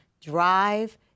Drive